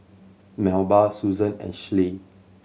Melba Susan and Schley